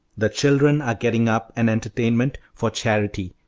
the children are getting up an entertainment for charity,